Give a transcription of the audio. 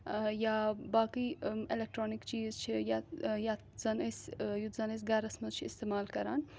یا باقٕے الیٚکٹرانِک چیٖز چھِ یہَ یَتھ زَن أسۍ یُتھ زَن أسۍ گَرَس منٛز چھِ استعمال کَران